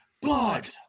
blood